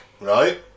right